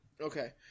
Okay